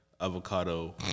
avocado